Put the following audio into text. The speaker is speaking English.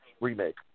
remake